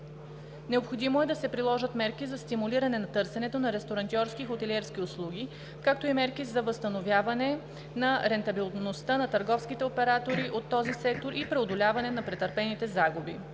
Необходимо е да се приложат мерки за стимулиране на търсенето на ресторантьорски и хотелиерски услуги, както и мерки за възстановяване на рентабилността на търговските оператори от този сектор и преодоляване на претърпените загуби.